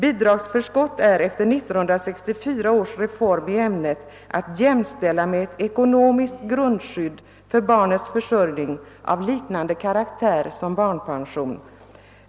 Bidragsförskott är efter 1964 års reform i ämnet att jämställa med ett ekonomiskt grundskydd för barnets försörjning av liknande karaktär som barnpension.